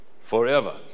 forever